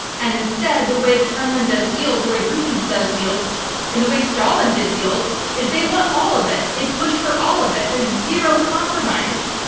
and instead the way the kremlin does deals, the way putin does deals and the way stalin did deals, is they want all of it. they push for all of it. there's zero compromise,